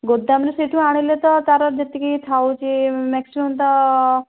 ଗୋଦାମରେ ସେଇଠୁ ଆଣିଲେ ତ ତାର ଯେତିକି ଥାଉଛି ମାକ୍ସିମମ୍ ତ